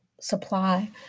supply